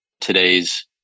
today's